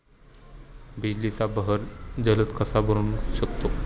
बिजलीचा बहर जलद कसा बनवू शकतो?